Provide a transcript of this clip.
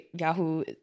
Yahoo